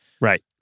Right